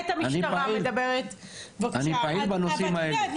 אני פעיל בנושאים האלה.